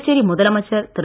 புதுச்சேரி முதலமைச்சர் திரு